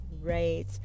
right